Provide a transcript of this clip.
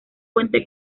fuente